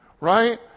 right